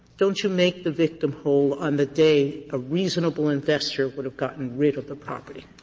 don't you make the victim whole on the day a reasonable investor would have gotten rid of the property?